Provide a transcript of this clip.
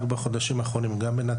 רק בחודשים האחרונים שמענו על בני נוער